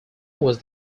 was